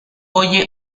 oye